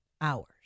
hours